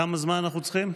כמה זמן אנחנו צריכים?